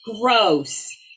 Gross